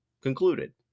concluded